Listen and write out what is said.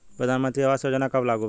प्रधानमंत्री आवास योजना कब लागू भइल?